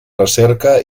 recerca